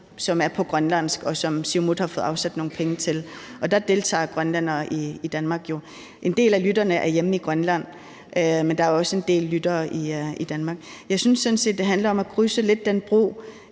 som er på grønlandsk, og som Siumut har fået afsat nogle penge til, og der deltager grønlændere i Danmark jo. En del af lytterne er bosiddende hjemme i Grønland, men der er også en del lyttere i Danmark. Jeg synes sådan set, det lidt handler om at krydse den bro,